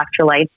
electrolytes